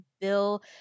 Bill